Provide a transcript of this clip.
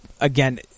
Again